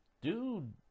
dude